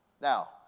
Now